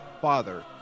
father